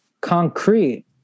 concrete